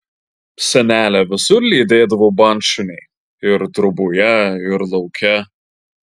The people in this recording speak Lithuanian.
senelę visur lydėdavo bandšuniai ir troboje ir lauke